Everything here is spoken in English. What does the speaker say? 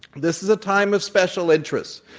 this is a time of special interests.